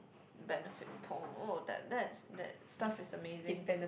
benefit oh that that's that's stuff is amazing